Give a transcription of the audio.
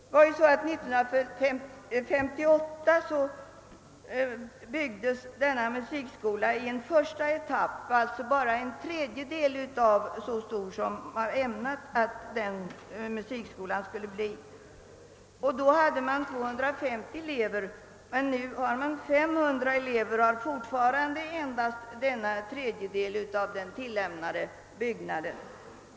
År 1958 byggdes denna musikskola i en första etapp, som endast omfattade en tredjedel av de planerade lokaliteterna. Antalet elever var till att börja med 250, men nu har man 500 elever i samma lokaler, som alltså utgör bara en tredjedel av den tillämnade byggnaden.